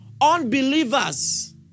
unbelievers